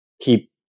keep